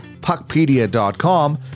Puckpedia.com